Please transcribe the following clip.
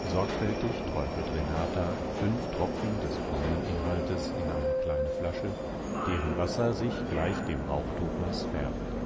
sorgfältig träufelt renata fünf tropfen des braunen inhaltes in die kleine flasche deren wasser sich gleich dem rauchtopas färbt